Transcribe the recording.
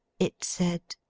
it said.